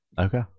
Okay